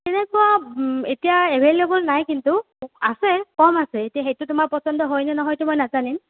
তেনেকুবা এতিয়া এভেইলেবল নাই কিন্তু আছে কম আছে এতিয়া সেইটো তোমাৰ পচন্দ হয় নে নহয়তো মই নাজানিম